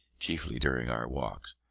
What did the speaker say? chiefly during our walks.